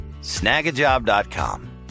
Snagajob.com